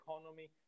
economy